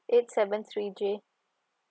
eight seven three G